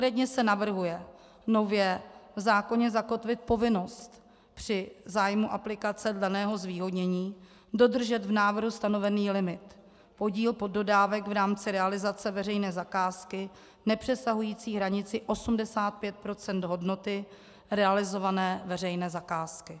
Konkrétně se navrhuje nově v zákoně zakotvit povinnost při zájmu aplikace daného zvýhodnění dodržet v návrhu stanovený limit, podíl poddodávek v rámci realizace veřejné zakázky nepřesahující hranici 85 % hodnoty realizované veřejné zakázky.